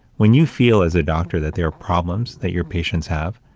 when you feel, as a doctor, that there are problems that your patients have,